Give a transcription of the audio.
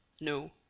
No